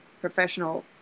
professional